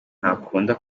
ntakunda